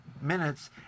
minutes